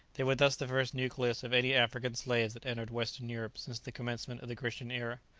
they were thus the first nucleus of any african slaves that entered western europe since the commencement of the christian era.